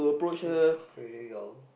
cute cradle y'all